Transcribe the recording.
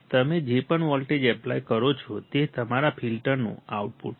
તમે જે પણ વોલ્ટેજ એપ્લાય કરો છો તે તમારા ફિલ્ટરનું આઉટપુટ છે